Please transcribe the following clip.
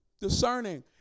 Discerning